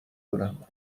کنم